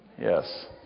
Yes